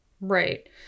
Right